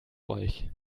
euch